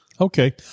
Okay